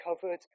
covered